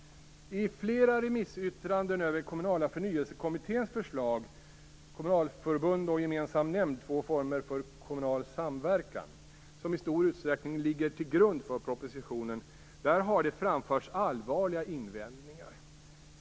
I flera remissyttranden över Kommunala förnyelsekommitténs förslag, Kommunalförbund och gemensam nämnd - två former för kommunal samverkan, som i stor utsträckning ligger till grund för propositionen, har det framförts allvarliga invändningar.